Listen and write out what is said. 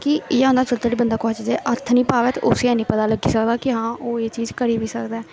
कि एह् होंदा कि जेल्लै धोड़ी बंदा कुसै चीजै गी हत्थ निं पावै ते उसी हैनी पता लगी सकदा कि हां ओह् एह् चीज करी बी सकदा ऐ